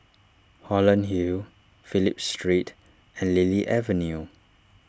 Holland Hill Phillip Street and Lily Avenue